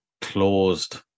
closed